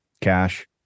cash